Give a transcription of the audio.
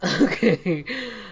okay